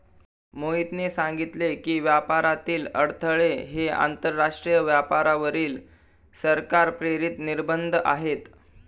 मोहितने सांगितले की, व्यापारातील अडथळे हे आंतरराष्ट्रीय व्यापारावरील सरकार प्रेरित निर्बंध आहेत